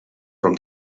from